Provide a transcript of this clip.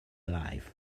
alive